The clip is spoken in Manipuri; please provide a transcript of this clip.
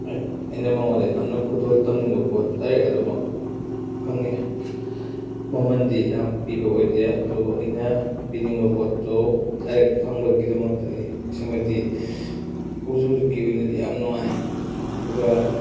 ꯑꯩꯅ ꯃꯉꯣꯟꯗ ꯌꯥꯝꯅ ꯈꯨꯗꯣꯜ ꯇꯝꯅꯤꯡꯕ ꯄꯣꯠ ꯗꯥꯏꯔꯦꯛ ꯑꯗꯨꯃꯛ ꯐꯪꯉꯦ ꯃꯃꯟꯗꯤ ꯌꯥꯝ ꯄꯤꯕ ꯑꯣꯏꯗꯦ ꯑꯗꯨꯕꯨ ꯑꯩꯅ ꯄꯤꯅꯤꯡꯕ ꯄꯣꯠꯇꯣ ꯗꯥꯏꯔꯦꯛ ꯐꯪꯕꯒꯤꯗꯃꯛꯇ ꯑꯩ ꯁꯤꯃꯗꯤ ꯍꯧꯖꯤꯛ ꯍꯧꯖꯤꯛꯀꯤ ꯑꯣꯏꯅꯗꯤ ꯌꯥꯝ ꯅꯨꯡꯉꯥꯏ ꯑꯗꯨꯒ